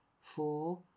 four